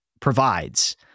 provides